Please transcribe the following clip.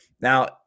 Now